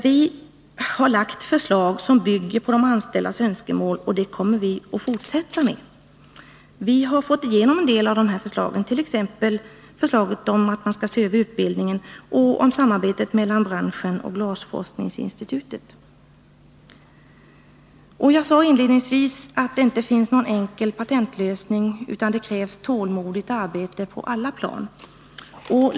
Vi har lagt fram förslag som bygger på de anställdas önskemål, och det kommer vi att fortsätta att göra. Vi har fått igenom en del av dessa förslag, t.ex. att man skall se över utbildningen och förslaget om samarbete mellan branschen och glasforskningsinstitutet. Jag sade inledningsvis att det inte finns någon enkel patentlösning, utan att det krävs tålmodigt arbete på alla plan.